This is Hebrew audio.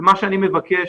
מה שאני מבקש,